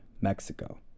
Mexico